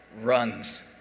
runs